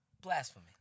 Blasphemy